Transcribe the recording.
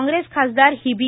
काँग्रेस खासदार हिबी